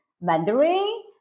Mandarin